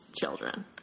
children